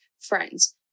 friends